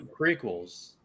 prequels